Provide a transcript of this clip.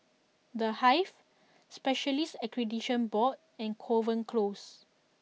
The Hive Specialists Accreditation Board and Kovan Close